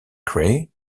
cray